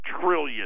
trillion